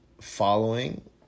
following